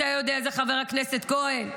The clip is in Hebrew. אתה יודע, חבר הכנסת כהן,